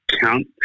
count